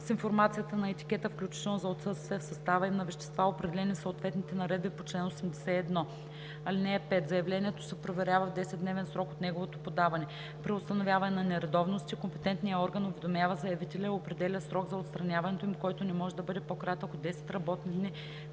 с информацията на етикета, включително за отсъствие в състава им на вещества, определени в съответните наредби по чл. 81. (5) Заявлението се проверява в 10-дневен срок от неговото подаване. При установяване на нередовности, компетентният орган уведомява заявителя и определя срок за отстраняването им, който не може да бъде по-кратък от 10 работни дни,